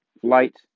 flight